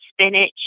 spinach